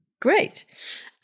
Great